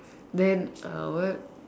then uh what